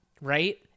Right